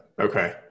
Okay